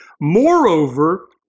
Moreover